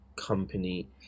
company